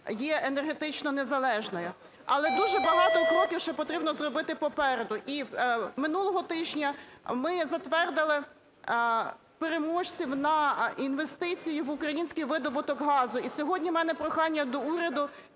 є енергетично незалежною. Але дуже багато кроків ще потрібно зробити попереду. І минулого тижня ми затвердили переможців на інвестиції в український видобуток газу. І сьогодні у мене прохання до уряду